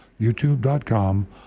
youtube.com